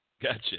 gotcha